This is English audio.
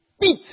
beat